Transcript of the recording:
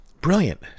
brilliant